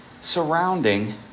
surrounding